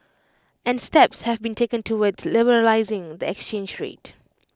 and steps have been taken towards liberalising the exchange rate